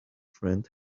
friend